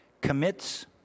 commits